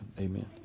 Amen